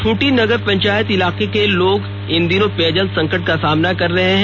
खूंटी नगर पंचायत इलाके के लोग इन दिनों पेयजल संकट का सामना कर रहे हैं